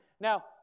Now